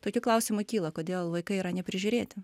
tokių klausimų kyla kodėl vaikai yra neprižiūrėti